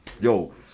yo